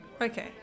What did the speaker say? Okay